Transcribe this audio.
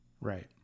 Right